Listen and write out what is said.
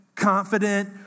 confident